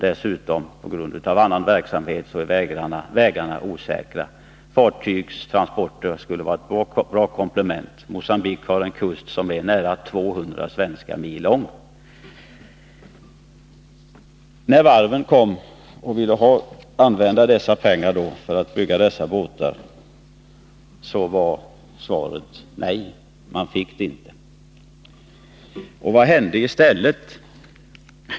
Dessutom är — av andra skäl — vägarna osäkra, varför fartygstransporter skulle kunna vara ett bra komplement. Mogambique har f. ö. en kust som är nära 200 svenska mil lång. När varven ville ha de ifrågavarande pengarna för att bygga båtarna blev svaret nej. Vad hände i stället?